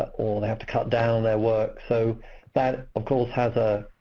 ah or they have to cut down their work. so that of course has a.